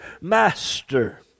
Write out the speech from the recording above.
Master